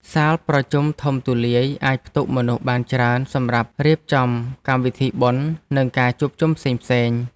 សាលប្រជុំធំទូលាយអាចផ្ទុកមនុស្សបានច្រើនសម្រាប់រៀបចំកម្មវិធីបុណ្យនិងការជួបជុំផ្សេងៗ។